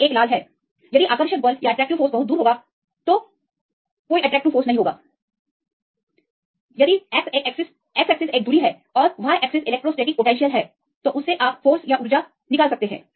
तो यहाँ यह एक लाल है यदि आकर्षक बल बहुत दूर होगा तो कोई आकर्षक बल नहीं है कुछ इस दूरी पर X एक्सिस दूरी और Y एक्सिस इलेक्ट्रोस्टैटिक क्षमता है आप बल या ऊर्जा देख सकते हैं